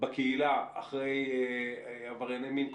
בקהילה אחרי עברייני מין,